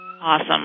Awesome